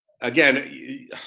again